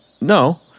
no